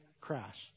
crash